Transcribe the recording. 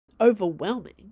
overwhelming